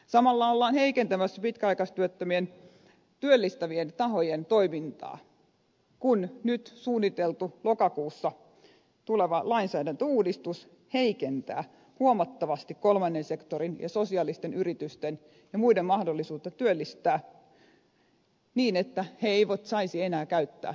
samalla ollaan heikentämässä pitkäaikaistyöttömiä työllistävien tahojen toimintaa kun nyt suunniteltu lokakuussa tuleva lainsäädäntöuudistus heikentää huomattavasti kolmannen sektorin ja sosiaalisten yritysten ja muiden mahdollisuutta työllistää niin että ne eivät saisi enää käyttää sataprosenttista palkkatukea